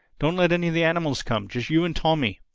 don't let any of the animals come just you and tommy.